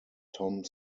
tom